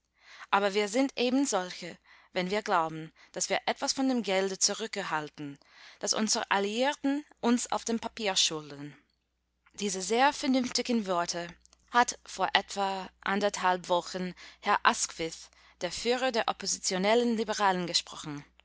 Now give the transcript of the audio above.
aber wir sind ebensolche wenn wir glauben daß wir etwas von dem gelde zurückerhalten das unsere alliierten uns auf dem papier schulden diese sehr vernünftigen worte hat vor etwa anderthalb wochen herr asquith der führer der oppositionellen liberalen gesprochen